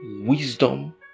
wisdom